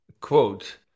quote